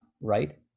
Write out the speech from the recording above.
right